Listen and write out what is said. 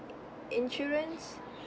insurance